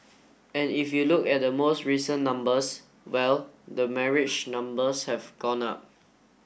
and if you look at the most recent numbers well the marriage numbers have gone up